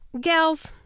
Gals